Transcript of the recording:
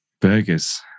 Burgers